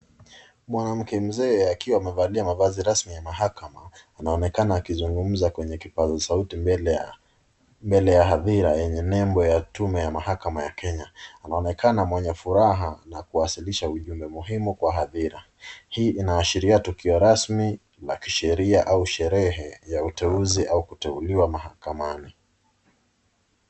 Mwanamke mzee akiwa amevalia mavazi rasmi ya mahakama anaonekana akizungumza kwenye kipaza sauti mbele ya hadhira yenye nembo ya tume ya mahakama ya Kenya. Anaonekana mwenye furaha na kuwasilisha ujumbe muhimu kwa hadhira. Hii inaashiria tukio rasmi la kisheria au sherehe ya uteuzi au kuteuliwa mahakamani.